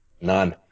None